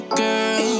girl